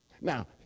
Now